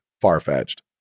far-fetched